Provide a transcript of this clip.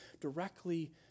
directly